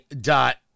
dot